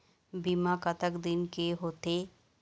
बीमा कतक दिन के होते?